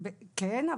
כן,